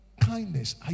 kindness